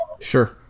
Sure